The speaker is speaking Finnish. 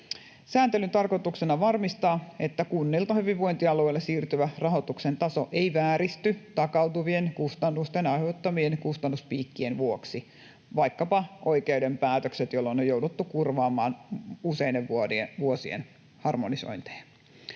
Sääntelyn tarkoituksena on varmistaa, että kunnilta hyvinvointialueille siirtyvä rahoituksen taso ei vääristy takautuvien kustannusten aiheuttamien kustannuspiikkien vuoksi — vaikkapa oikeuden päätökset, jolloin on jouduttu korvaamaan useiden vuosien harmonisointeja.